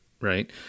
right